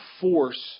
force